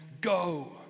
Go